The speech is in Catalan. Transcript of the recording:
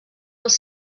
als